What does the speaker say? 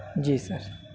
جی سر